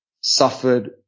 suffered